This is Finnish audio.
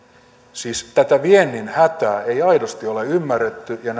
siis tätä viennin hätää ei aidosti ole ymmärretty ja